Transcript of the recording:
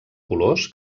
colors